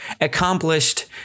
accomplished